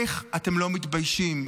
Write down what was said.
איך אתם לא מתביישים?